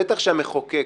בטח שהמחוקק